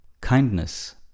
kindness